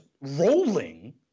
rolling